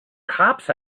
cops